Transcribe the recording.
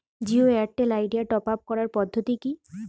Jio Airtel Idea top up করার পদ্ধতি কি?